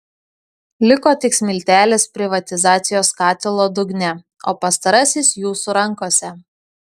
liko tik smiltelės privatizacijos katilo dugne o pastarasis jūsų rankose